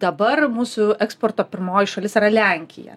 dabar mūsų eksporto pirmoji šalis yra lenkija